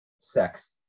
sex